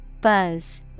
Buzz